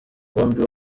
bobi